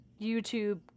YouTube